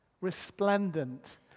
resplendent